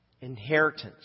Inheritance